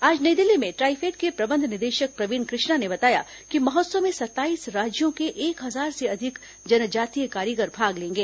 आज नई दिल्ली में TRIFED के प्रबंध निदेशक प्र वीण कृष्णा ने बताया कि महोत्सव में सत्ताईस राज्यों के एक हजार से अधिक जनजातीय कारीगर भाग लेंगे